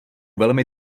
velmi